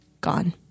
gone